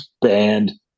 Banned